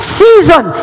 season